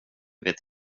vet